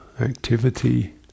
activity